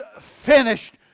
finished